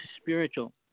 spiritual